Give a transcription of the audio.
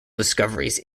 discoveries